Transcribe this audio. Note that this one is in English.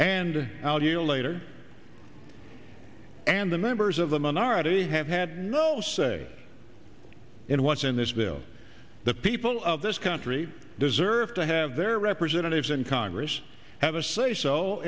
yield later and the members of the minority have had no say in what's in this bill the people of this country deserve to have their representatives in congress have a say so